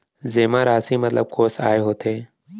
जेमा राशि मतलब कोस आय होथे?